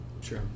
Sure